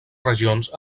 regions